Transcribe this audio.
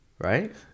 right